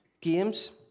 games